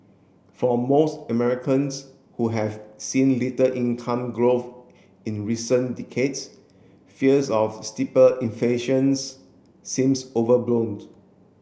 for most Americans who have seen little income growth in recent decades fears of steeper inflations seems over bloomed